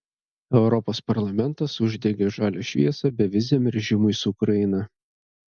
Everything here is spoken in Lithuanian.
europos parlamentas uždegė žalią šviesą beviziam režimui su ukraina